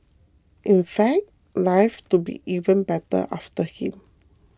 in fact life to be even better after him